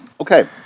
Okay